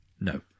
No